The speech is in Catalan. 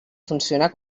funcionar